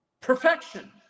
perfection